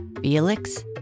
Felix